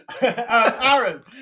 Aaron